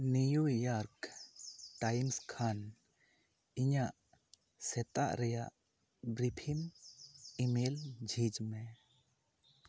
New York Times ᱠᱷᱚᱱ ᱤᱧᱟᱹᱜ ᱥᱮᱛᱟᱜ ᱨᱮᱭᱟᱜ ᱵᱨᱤᱯᱷᱤᱝ ᱤᱢᱮᱞ ᱡᱷᱤᱡᱽ ᱢᱮ